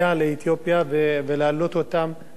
להעלות אותם, פעמיים נסעתי,